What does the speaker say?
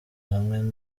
hamwe